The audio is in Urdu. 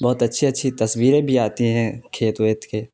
بہت اچھی اچھی تصویریں بھی آتی ہیں کھیت ویت کے